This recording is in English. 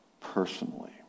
personally